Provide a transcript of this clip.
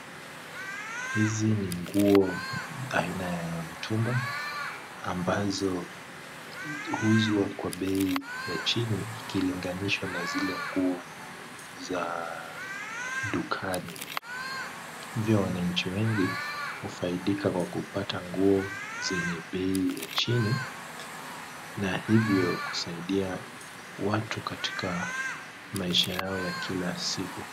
Hizi ni nguo aina ya mtumba ambazo huuzwa kwa bei ya chini ikilinganishwa na zile nguo za dukani, hivyo wananchi wengi hufaidika kwa kupata nguo zenye bei ya chini na hivyo kusaidia watu katika maisha yao ya kila siku.